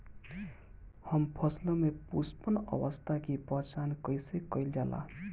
हम फसलों में पुष्पन अवस्था की पहचान कईसे कईल जाला?